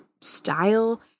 style